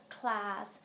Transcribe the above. class